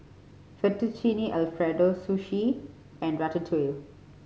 Fettuccine Alfredo Sushi and Ratatouille